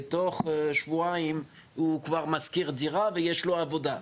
בתוך שבועיים הוא כבר משכיר דירה ויש לו עבודה,